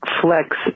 flex